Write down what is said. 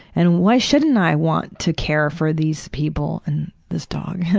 and why shouldn't i want to care for these people and this dog.